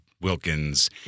Wilkins